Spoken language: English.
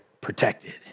protected